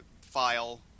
file